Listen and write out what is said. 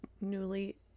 newly